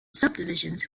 subdivisions